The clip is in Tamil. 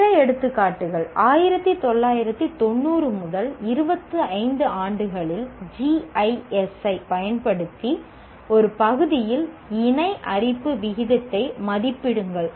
பிற எடுத்துக்காட்டுகள் 1990 முதல் 25 ஆண்டுகளில் GIS ஐப் பயன்படுத்தி ஒரு பகுதியில் இணை அரிப்பு விகிதத்தை மதிப்பிடுங்கள்